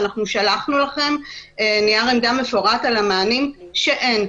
ואנחנו שלחנו לכם נייר עמדה מפורט על המענים שאין.